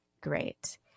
great